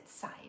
side